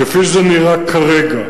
כפי שזה נראה כרגע,